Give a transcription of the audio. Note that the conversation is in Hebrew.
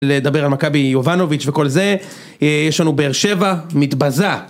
לדבר על מכבי יובנוביץ' וכל זה, יש לנו באר שבע, מתבזה.